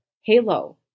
halo